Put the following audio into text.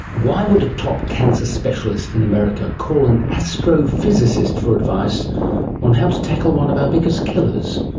why would a top cancer specialist in america call an astrophysicist for advice on how to tackle one of our biggest killers?